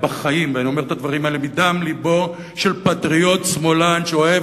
אני אומר את הדברים האלה מדם לבו של פטריוט שמאלן שאוהב